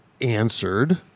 answered